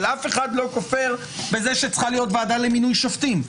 אבל אף אחד לא כופר בזה שצריכה להיות ועדה למינוי שופטים.